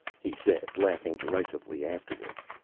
he said, laughing derisively afterwards.